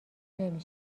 نمی